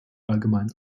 allgemein